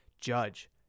Judge